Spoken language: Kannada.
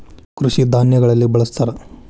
ಕೃಷಿ ಧಾನ್ಯಗಳಲ್ಲಿ ಬಳ್ಸತಾರ